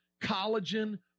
collagen